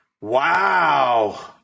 Wow